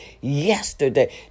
yesterday